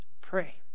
Pray